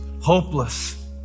hopeless